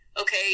okay